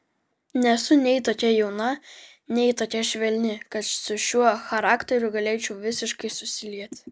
nesu nei tokia jauna nei tokia švelni kad su šiuo charakteriu galėčiau visiškai susilieti